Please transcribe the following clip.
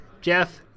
Jeff